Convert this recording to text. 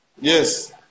Yes